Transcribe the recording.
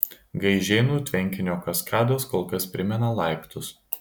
gaižėnų tvenkinio kaskados kol kas primena laiptus